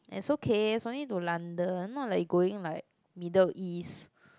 it's okay it's only to London not like you going like Middle East